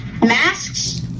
masks